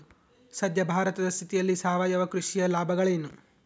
ಸದ್ಯ ಭಾರತದ ಸ್ಥಿತಿಯಲ್ಲಿ ಸಾವಯವ ಕೃಷಿಯ ಲಾಭಗಳೇನು?